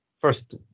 first